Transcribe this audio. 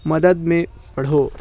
مدد میں بڑھو